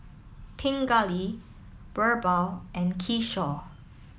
Pingali Birbal and Kishore